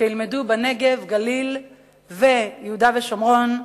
שילמדו בנגב, בגליל וביהודה ושומרון,